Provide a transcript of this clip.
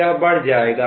यह बढ़ जाएगा